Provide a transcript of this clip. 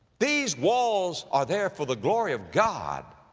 these walls are there for the glory of god.